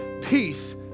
peace